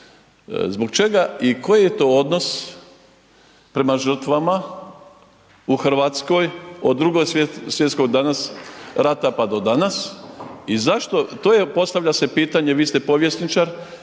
Zbog čega i koji je to odnos prema žrtvama u RH od Drugog svjetskog rata, pa do danas i zašto, to je postavlja se pitanje, vi ste povjesničar,